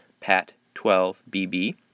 pat12bb